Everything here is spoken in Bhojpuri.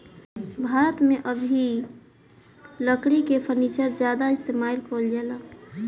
भारत मे आ भी लकड़ी के फर्नीचर ज्यादा इस्तेमाल कईल जाला